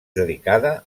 dedicada